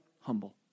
humble